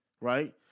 right